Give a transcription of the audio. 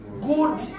good